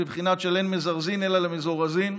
בבחינת "אין מזרזין אלא למזורזין".